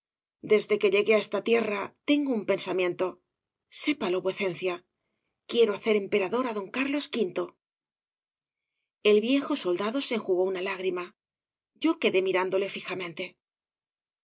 desde que llegué á esta tierra tengo un pensamiento sépalo vuecencia quiero hacer emperador á don carlos v el viejo soldado se enjugó una lágrima yo quedé mirándole fijamente